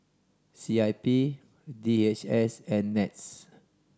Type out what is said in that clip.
C I P D H S and NETS